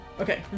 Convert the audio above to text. Okay